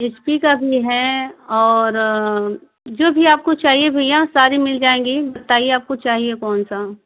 H P का भी है और जो भी आपको चाहिए भैया सारे मिल जाएँगे बताइए आपको चाहिए कौनसा